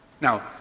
Now